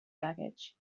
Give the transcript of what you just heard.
baggage